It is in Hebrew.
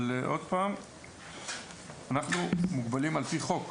אבל, שוב, אנחנו מוגבלים על-פי חוק.